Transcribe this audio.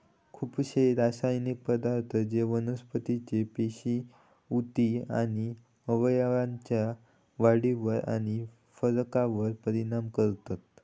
खुपशे रासायनिक पदार्थ जे वनस्पतीचे पेशी, उती आणि अवयवांच्या वाढीवर आणि फरकावर परिणाम करतत